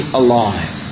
alive